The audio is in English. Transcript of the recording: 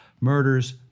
murders